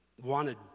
wanted